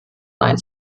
nein